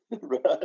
Right